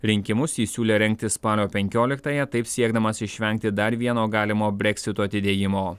rinkimus jis siūlė rengti spalio penkioliktąją taip siekdamas išvengti dar vieno galimo breksito atidėjimo